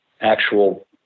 actual